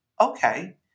okay